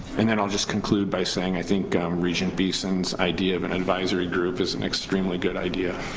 and then i'll just conclude by saying i think um regent beeson's idea of an advisory group is an extremely good idea.